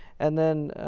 and then,